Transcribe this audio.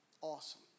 Awesome